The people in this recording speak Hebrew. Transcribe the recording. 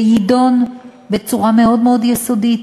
ויידון בצורה מאוד מאוד יסודית